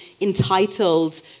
entitled